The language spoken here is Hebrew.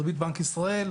בריבית בנק ישראל,